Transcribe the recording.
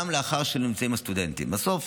גם לאחר שנמצאים הסטודנטים, בסוף